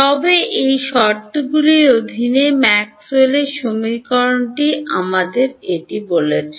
তবে এই শর্তগুলির অধীনে ম্যাক্সওয়েলের সমীকরণটি আমাদের এটি বলছে